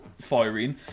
firing